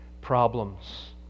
problems